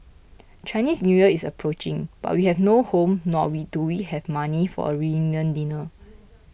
Chinese New Year is approaching but we have no home nor do we have money for a reunion dinner